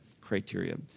criteria